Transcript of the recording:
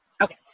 Okay